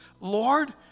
Lord